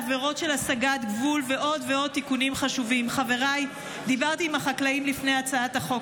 העולות מהשטח אשר החוק הקיים לא השכיל לתת עליהן